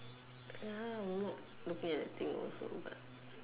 ya I'm not looking at the thing also what